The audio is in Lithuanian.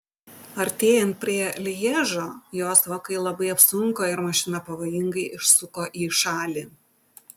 artėjant prie lježo jos vokai labai apsunko ir mašina pavojingai išsuko į šalį